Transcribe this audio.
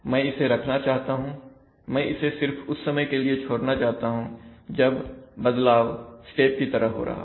मैं इसे रखना चाहता हूंमैं इसे सिर्फ उस समय के लिए छोड़ना चाहता हूं जब बदलाव स्टेप की तरह हो रहा हो